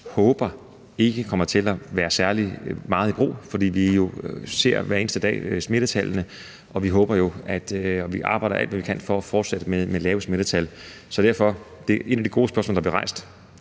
håber ikke kommer til at være særlig meget i brug, fordi vi hver eneste dag ser smittetallene, og vi håber på og arbejder alt, hvad vi kan, for at fortsætte med lave smittetal. Kl. 11:16 Et af de gode spørgsmål, der blev rejst,